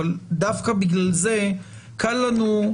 אבל דווקא בגלל זה קל לנו.